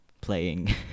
playing